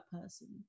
person